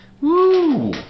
Woo